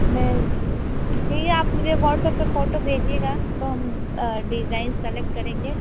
मैं ठीक है आप मुझे व्हाट्सऐप्प पे फ़ोटो भेजिएगा तो हम डिज़ाईन सिलेक्ट करेंगे